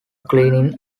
cleaning